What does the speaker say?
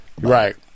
Right